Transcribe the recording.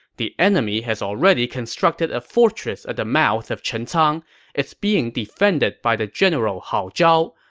the enemy has already constructed a fortress at the mouth of chencang. it's being defended by the general hao zhao.